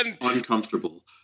Uncomfortable